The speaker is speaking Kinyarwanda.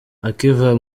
akiva